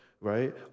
right